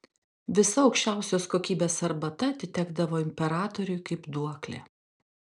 visa aukščiausios kokybės arbata atitekdavo imperatoriui kaip duoklė